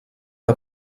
que